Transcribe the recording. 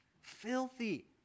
filthy